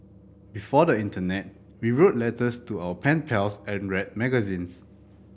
before the internet we wrote letters to our pen pals and read magazines